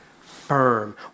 firm